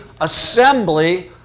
assembly